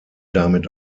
damit